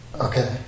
Okay